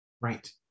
Right